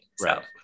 Right